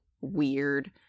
weird